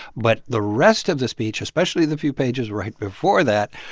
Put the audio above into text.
but the rest of the speech, especially the few pages right before that,